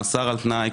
מאסר על תנאי,